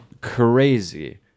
crazy